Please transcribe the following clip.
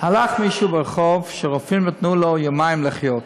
הלך ברחוב מישהו שרופאים נתנו לו יומיים לחיות,